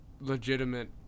legitimate